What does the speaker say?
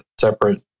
separate